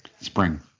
spring